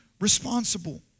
responsible